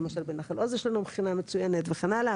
למשל בנחל עוז יש לנו מכינה מצוינת וכן הלאה,